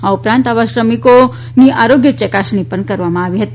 આ ઉપરાંત આવા તમામ શ્રમિકોની આરોગ્ય ચકાસણી કરવામાં આવી હતી